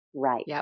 right